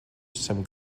some